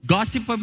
Gossip